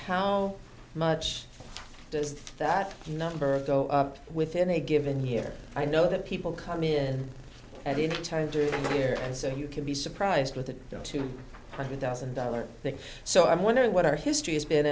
how much does that number go up within a given year i know that people come in at any time during the year so you can be surprised with a two hundred thousand dollars so i'm wondering what our history has been